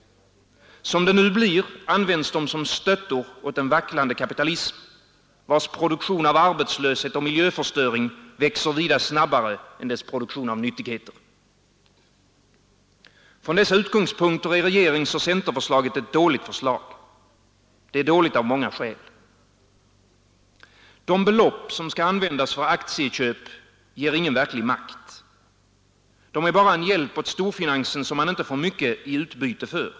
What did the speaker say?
Som det nu blir, används de som stöttor åt en vacklande kapitalism, vars produktion av arbetslöshet och miljöförstöring växer vida snabbare än dess produktion av nyttigheter. Från dessa utgångspunkter är regeringsoch centerförslaget ett dåligt förslag. Det är dåligt av många skäl. De belopp som skall användas för aktieköp ger ingen verklig makt. De är bara en hjälp åt storfinansen som man inte får mycket i utbyte för.